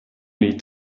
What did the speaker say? need